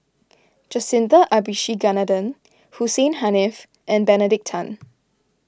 Jacintha Abisheganaden Hussein Haniff and Benedict Tan